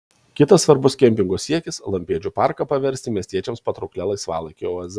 kitas svarbus kempingo siekis lampėdžių parką paversti miestiečiams patrauklia laisvalaikio oaze